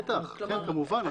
בטח, כן, כמובן.